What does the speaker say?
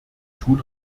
tun